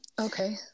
okay